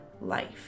life